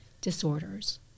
Disorders